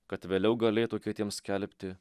kad vėliau galėtų kitiems skelbti